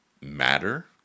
matter